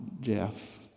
Jeff